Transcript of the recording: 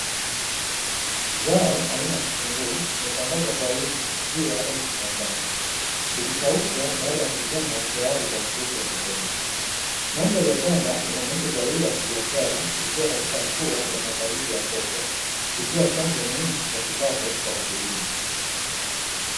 Zao aina ya kitunguu limetandazwa kwa wingi juu ya ardhi shambani, likikaushwa baada ya kuvunwa, tayari kwa kuuzwa sokoni. Mandhari ya shamba inaonyesha zao hili la biashara likiwa katika hatua ya maandalizi ya soko, likiwa chanzo muhimu cha kipato kwa mkulima.